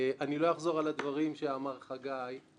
אני לא אחזור על הדברים שאמר חגי,